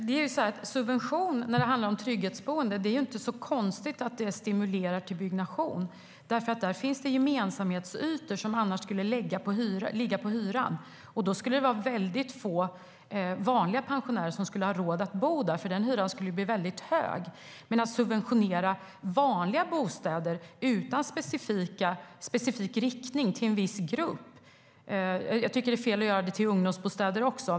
Fru talman! När det handlar om trygghetsboenden är det inte så konstigt att subvention stimulerar till byggnation. Där finns det nämligen gemensamhetsytor. Kostnaden för dem skulle annars ligga på hyran, och då skulle väldigt få vanliga pensionärer ha råd att bo där. Den hyran skulle nämligen bli väldigt hög. Det handlar inte om att subventionera vanliga bostäder utan specifik riktning mot en viss grupp. Jag tycker att det är fel att göra det när det gäller ungdomsbostäder också.